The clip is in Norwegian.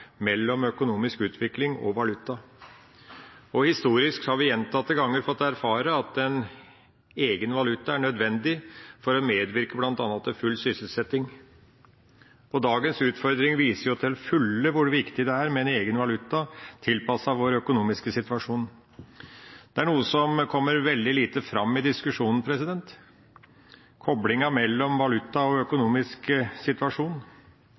mellom økonomisk utvikling og valuta. Historisk har vi gjentatte ganger fått erfare at en egen valuta er nødvendig for bl.a. å medvirke til full sysselsetting. Dagens utfordring viser jo til fulle hvor viktig det er med en egen valuta tilpasset vår økonomiske situasjon. Det er noe som kommer veldig lite fram i diskusjonen – koblingen mellom valuta og økonomisk situasjon.